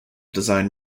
design